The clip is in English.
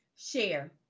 Share